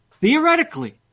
theoretically